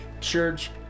church